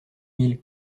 mille